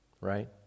Right